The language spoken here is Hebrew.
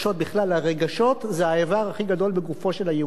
בכלל, הרגשות זה האיבר הכי גדול בגופו של היהודי.